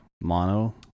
mono